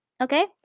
okay